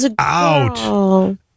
out